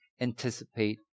anticipate